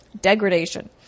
Degradation